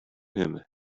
him